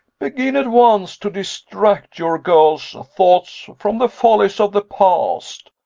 begin at once to distract your girls' thoughts from the follies of the past!